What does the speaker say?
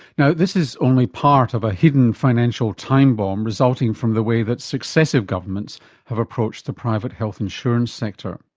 you know this is only part of a hidden financial time-bomb resulting from the way that successive governments have approached the private health insurance sector.